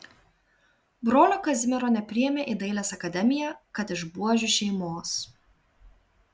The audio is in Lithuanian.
brolio kazimiero nepriėmė į dailės akademiją kad iš buožių šeimos